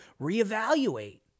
reevaluate